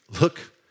look